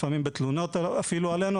לפעמים אפילו בתלונות עלינו,